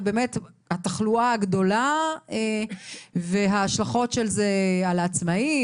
והתחלואה הגדולה וההשלכות של זה על העצמאי,